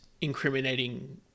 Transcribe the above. incriminating